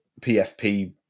PFP